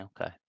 Okay